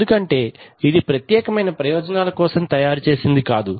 ఎందుకంటే అది ప్రత్యేకమైన ప్రయోజనాల కోసం చేసింది కాదు